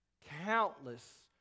countless